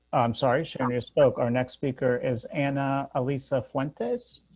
sorry, i misspoke. our next speaker is anna elisa went is